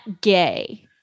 gay